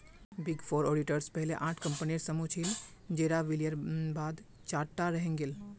big four auditors पहले आठ कम्पनीर समूह छिल जेरा विलयर बाद चार टा रहेंग गेल